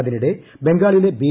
അതിനിടെ ബംഗാളിലെ ബി